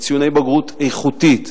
וציוני בגרות איכותית,